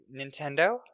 Nintendo